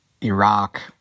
Iraq